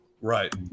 Right